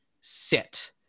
Sit